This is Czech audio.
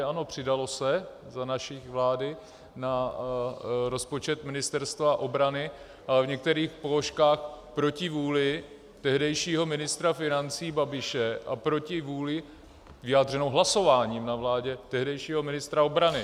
Ano, přidalo se za naší vlády na rozpočet Ministerstva obrany, ale v některých položkách proti vůli tehdejšího ministra financí Babiše a proti vůli vyjádřeno hlasováním na vládě tehdejšího ministra obrany.